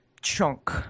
chunk